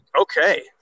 Okay